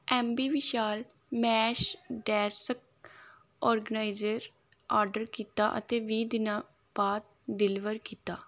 M B Vishal mesh desk organiser order ਕੀਤਾ ਅਤੇ ਵੀਹ ਦਿਨਾਂ ਬਾਅਦ ਡਿਲਵਰ ਕੀਤਾ